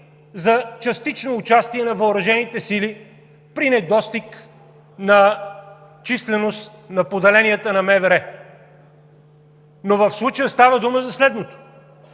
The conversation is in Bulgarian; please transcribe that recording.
за частично участие на въоръжените сили при недостиг на численост на поделенията на МВР. Но в случая става дума за следното.